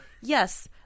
Yes